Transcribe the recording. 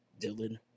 Dylan